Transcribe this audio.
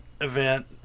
event